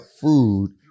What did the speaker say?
food